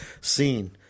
seen